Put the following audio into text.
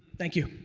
thank you.